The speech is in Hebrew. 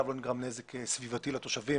מרגע הנישוב,